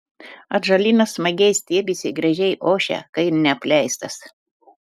atžalynas smagiai stiebiasi gražiai ošia kai neapleistas